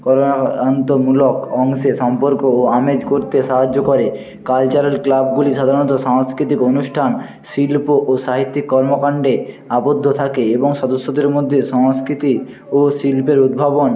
অংশে সম্পর্ক ও আমেজ করতে সাহায্য করে কালচারাল ক্লাবগুলি সাধারণত সংস্কৃতিক অনুষ্ঠান শিল্প ও সাহিত্যিক কর্মকান্ডে আবদ্ধ থাকে এবং সদস্যদের মধ্যে সংস্কৃতি ও শিল্পের উদ্ভাবন